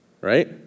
right